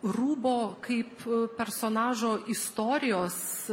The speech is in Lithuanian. rūbo kaip personažo istorijos